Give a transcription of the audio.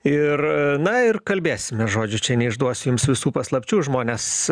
ir na ir kalbėsime žodžiu čia neišduosiu jums visų paslapčių žmonės